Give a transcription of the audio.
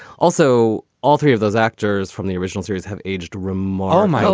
also, all three of those actors from the original series have aged ramaa um um